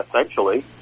essentially